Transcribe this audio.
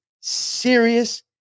serious